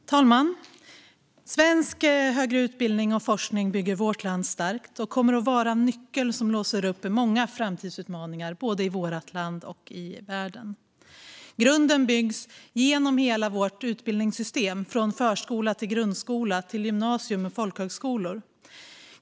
Fru talman! Svensk högre utbildning och forskning bygger vårt land starkt och kommer att vara nyckeln som låser upp i många framtidsutmaningar, både i vårt land och i världen. Grunden byggs genom hela vårt utbildningssystem, från förskola och grundskola till gymnasium och folkhögskola.